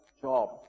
job